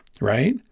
right